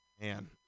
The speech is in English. Man